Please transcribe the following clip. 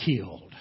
killed